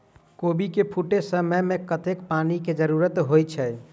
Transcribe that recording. कोबी केँ फूटे समय मे कतेक पानि केँ जरूरत होइ छै?